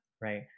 right